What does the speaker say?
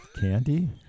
candy